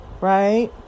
right